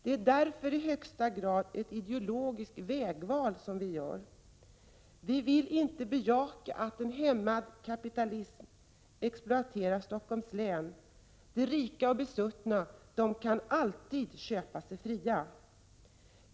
Det är därför i högsta grad ett idelogiskt vägval vi gör. Vi vill inte bejaka att en ohämmad kapitalism exploaterar Stockholms län. De rika och besuttna kan alltid köpa sig fria.